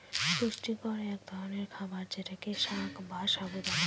পুষ্টিকর এক ধরনের খাবার যেটাকে সাগ বা সাবু দানা বলে